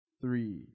three